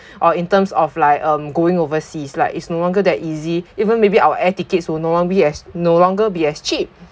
or in terms of like um going overseas like it's no longer that easy even maybe our air tickets will no long~ be as no longer be as cheap